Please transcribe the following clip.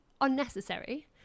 unnecessary